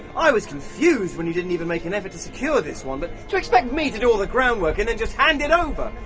i was confused when you didn't even make an effort to secure this one but to expect me to do all the groundwork and just hand it over?